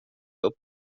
upp